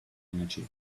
energy